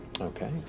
Okay